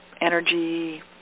energy